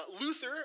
Luther